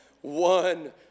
one